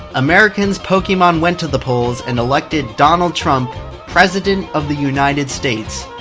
americans' pokemon went to the polls, and elected donald trump president of the united states.